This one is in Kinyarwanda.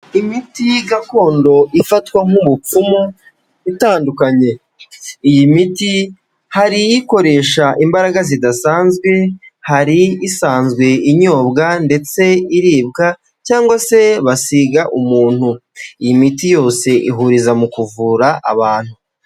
Imiti gakondo ifatwa nk'umupfumu itandukanye. Iyi miti hari ikoresha imbaraga zidasanzwe, hari isanzwe inyobwa ndetse iribwa cyangwa se basiga umuntu. Iyi miti yose ihuriza mu kuvura abantu.